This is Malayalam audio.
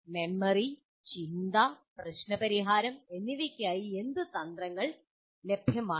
മെമ്മറി ചിന്ത പ്രശ്ന പരിഹാരം എന്നിവയ്ക്കായി എന്ത് തന്ത്രങ്ങൾ ലഭ്യമാണ്